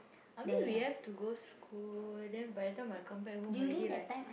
I mean we have to go school then by the time I come back home already like